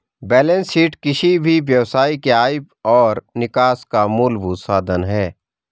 balance sheet किसी भी व्यवसाय के आय और निकास का मूलभूत साधन है